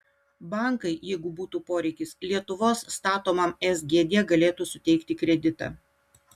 bankai jeigu būtų poreikis lietuvos statomam sgd galėtų suteikti kreditą